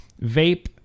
vape